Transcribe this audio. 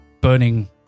burning